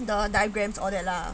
the diagrams all that lah